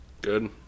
Good